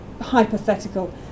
hypothetical